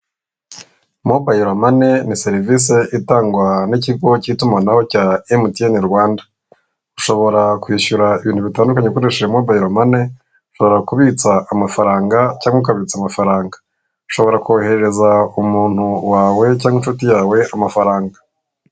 Mobayilomane ni serivisi itangwa n'ikigo cy'itumanaho cya emutiyene Rwanda ushobora kwishyura ibintu bitandukanye ukoresheje mobayilomani, ushobora kubitsa amafaranga cyangwa ukabitsa amafaranga, ushobora koherereza umuntu wawe cyangwa inshuti yawe amafaranga.